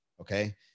okay